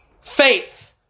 Faith